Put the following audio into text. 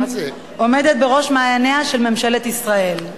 עומדת בראש מעייניה של ממשלת ישראל.